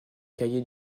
cahiers